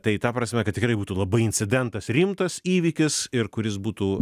tai ta prasme kad tikrai būtų labai incidentas rimtas įvykis ir kuris būtų